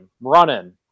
running